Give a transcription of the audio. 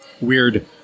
Weird